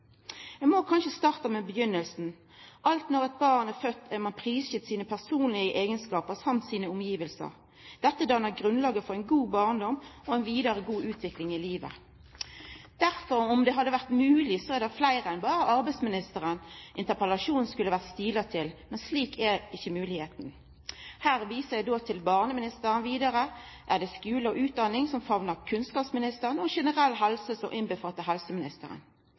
må kanskje starta med begynninga. Alt når eit barn blir født, er det prisgitt personlege eigenskapar og omgivnader. Det dannar grunnlaget for ein god barndom og ei god utvikling i livet. Om det hadde vore mogleg, er det fleire enn berre arbeidsministeren interpellasjonen skulle ha vore stila til, men det er ikkje mogleg. Her viser eg til barneministeren, skule og utdanning famnar kunnskapsministeren, og generell helse omfattar helseministeren. For det er nettopp denne utviklingssyklusen som